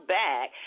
back